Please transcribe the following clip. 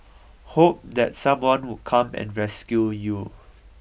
hope that someone would come and rescue you